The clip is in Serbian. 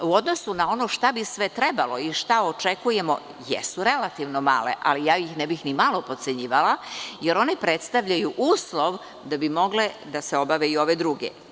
U odnosu na ono šta bi sve trebalo i šta očekujemo jesu relativno male, ali ja ih ne bi ni malo potcenjivala, jer one predstavljaju uslov da bi mogle da se obavljaju i ove druge.